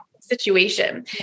situation